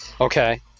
Okay